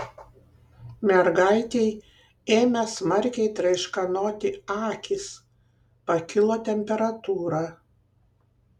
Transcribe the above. mergaitei ėmė smarkiai traiškanoti akys pakilo temperatūra